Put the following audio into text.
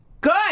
Good